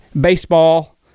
Baseball